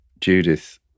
Judith